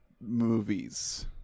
movies